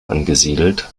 angesiedelt